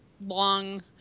long